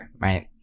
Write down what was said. right